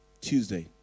Tuesday